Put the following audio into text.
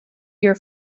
your